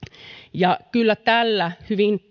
ja kyllä tällä suhteessa hyvin